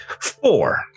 Four